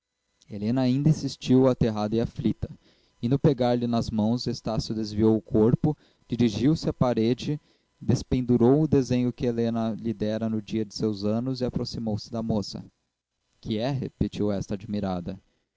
helena ainda insistiu aterrada e aflita indo pegar-lhe nas mãos estácio desviou o corpo dirigiu-se à parede despendurou o desenho que helena lhe dera no dia de seus anos e aproximou-se da moça que é repetiu esta admirada